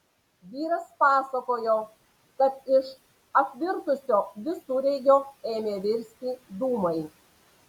vyras pasakojo kad iš apvirtusio visureigio ėmė virsti dūmai